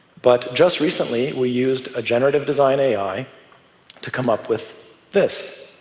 but just recently we used a generative-design ai to come up with this.